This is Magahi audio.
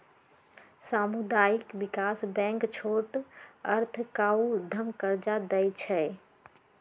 सामुदायिक विकास बैंक छोट अर्थ आऽ उद्यम कर्जा दइ छइ